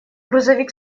грузовик